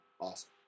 awesome